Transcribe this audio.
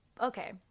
okay